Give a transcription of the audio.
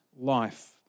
life